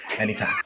Anytime